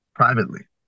privately